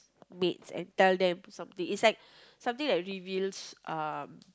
mates and tell them something is like something that reveals